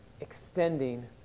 extending